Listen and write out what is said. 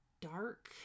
dark